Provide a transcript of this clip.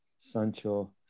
Sancho